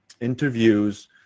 interviews